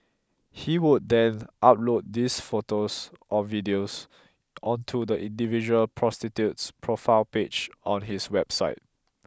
he would then upload these photos or videos onto the individual prostitute's profile page on his website